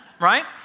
right